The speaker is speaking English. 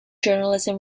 journalism